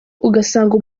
ugasanga